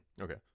okay